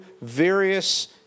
various